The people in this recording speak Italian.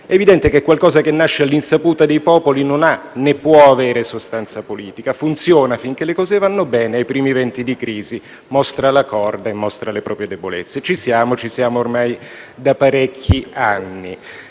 È evidente che qualcosa che nasce all'insaputa dei popoli non ha né può avere sostanza politica: funziona finché le cose vanno bene, ma ai primi venti di crisi mostra la corda, la propria debolezza. Ci siamo, ci siamo ormai da parecchi anni.